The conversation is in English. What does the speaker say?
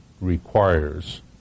requires